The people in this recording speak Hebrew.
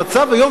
המצב היום,